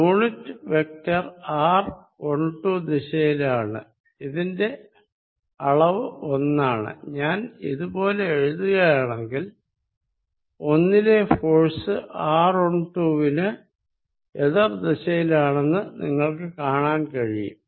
unit vector r12 ദിശയിലാണ് ഇതിന്റെ അളവ് ഒന്നാണ് ഞാൻ ഇത് പോലെ എഴുതുകയാണെങ്കിൽ ഒന്നിലെ ഫോഴ്സ് r12വിന് എതിർ ദിശയിലാണെന്ന് നിങ്ങൾക്ക് കാണാൻ കഴിയും